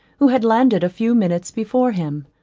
who had landed a few minutes before him.